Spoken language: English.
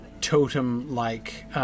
totem-like